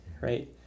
right